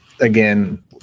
again